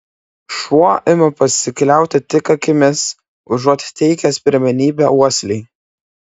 šuo ima pasikliauti tik akimis užuot teikęs pirmenybę uoslei